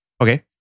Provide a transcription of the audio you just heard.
Okay